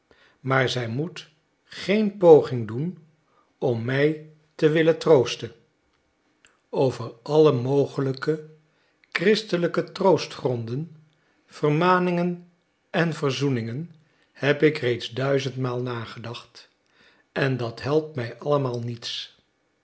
maar zij moet geen poging doen om mij te willen troosten over alle mogelijke christelijke troostgronden vermaningen en verzoeningen heb ik reeds duizendmaal nagedacht en dat helpt mij allemaal niets